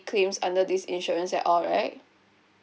claims under this insurance at all right